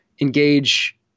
engage